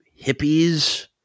hippies